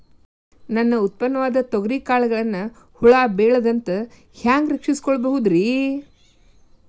ನನ್ನ ಉತ್ಪನ್ನವಾದ ತೊಗರಿಯ ಕಾಳುಗಳನ್ನ ಹುಳ ಬೇಳದಂತೆ ಹ್ಯಾಂಗ ರಕ್ಷಿಸಿಕೊಳ್ಳಬಹುದರೇ?